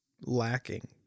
lacking